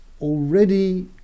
already